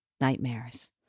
nightmares